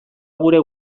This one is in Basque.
gure